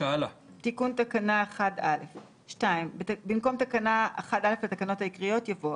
"החלפת תקנה 1א במקום תקנה 1א לתקנות העיקריות יבוא: